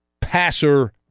passer